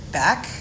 back